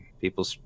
people